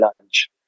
lunch